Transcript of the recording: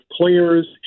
players